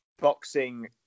boxing